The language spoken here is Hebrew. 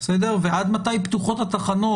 ועד מתי פתוחות התחנות.